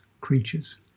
creatures